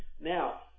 Now